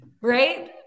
right